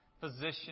position